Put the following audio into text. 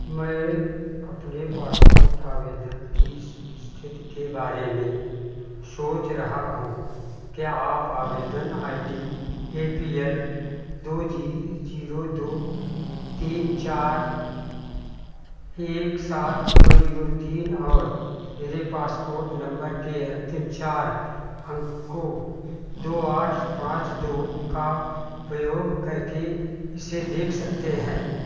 मैं अपने पासपोर्ट आवेदन की इस इस्थिति के बारे में सोच रहा हूँ क्या आप आवेदन I D A P L दो जी ज़ीरो दो तीन चार एक सात ज़ीरो ज़ीरो तीन और मेरे पासपोर्ट नम्बर के अन्तिम चार अंक को दो आठ पाँच दो का उपयोग करके इसे देख सकते हैं